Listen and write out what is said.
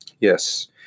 Yes